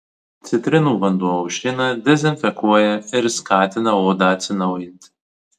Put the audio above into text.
citrinų vanduo aušina dezinfekuoja ir skatina odą atsinaujinti